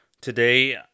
Today